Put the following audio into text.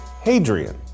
Hadrian